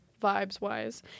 vibes-wise